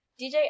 DJ